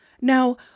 Now